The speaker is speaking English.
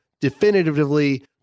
definitively